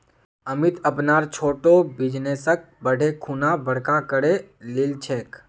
अमित अपनार छोटो बिजनेसक बढ़ैं खुना बड़का करे लिलछेक